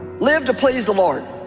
live to please the lord